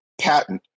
patent